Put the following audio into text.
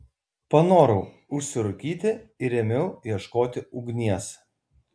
panorau užsirūkyti ir ėmiau ieškoti ugnies